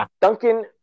Duncan